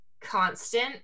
constant